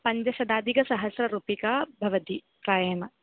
पञ्चशाधिकसहस्ररूप्यकाणि भवन्ति प्रायेण